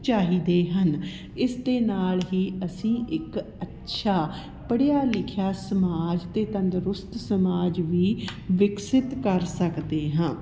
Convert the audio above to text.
ਚਾਹੀਦੇ ਹਨ ਇਸ ਦੇ ਨਾਲ ਹੀ ਅਸੀਂ ਇੱਕ ਅੱਛਾ ਪੜ੍ਹਿਆ ਲਿਖਿਆ ਸਮਾਜ ਅਤੇ ਤੰਦਰੁਸਤ ਸਮਾਜ ਵੀ ਵਿਕਸਿਤ ਕਰ ਸਕਦੇ ਹਾਂ